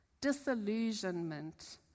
disillusionment